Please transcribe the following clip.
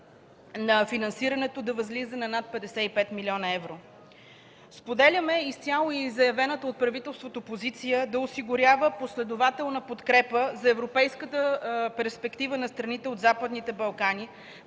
на финансирането да възлиза на над 55 млн. евро. Споделяме изцяло и заявената от правителството позиция да осигурява последователна подкрепа за европейската перспектива на страните от Западните Балкани